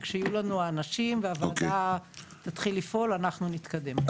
וכשיהיו לנו האנשים והוועדה תתחיל לפעול אנחנו נתקדם.